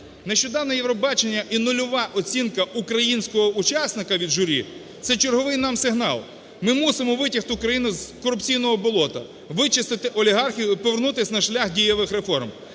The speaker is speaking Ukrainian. Нещодавнє "Євробачення" і нульова оцінка українського учасника від журі – це черговий нам сигнал. Ми мусимо витягти Україну з корупційного болота, вичистити олігархів і повернутися на шлях дієвих реформ.